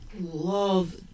love